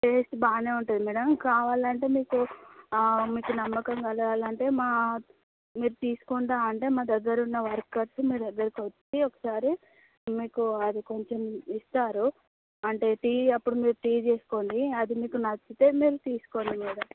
taste బాగానే ఉంటుంది madam కావాలి అంటే మీకు ఆ మీకు నమ్మకం కలగాలంటే మా మీరు తీసుకుంటాను అంటే మా దగ్గర ఉన్న వర్కర్స్ మీ దగ్గరకు వచ్చి ఒకసారి మీకు అది కొంచెం ఇస్తారు అంటే టీ అప్పుడు మీరు టీ చేసుకోండి అది మీకు నచ్చితే మీరు తీసుకోండి మేడం